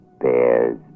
bears